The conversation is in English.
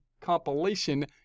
compilation